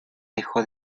dejó